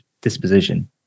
disposition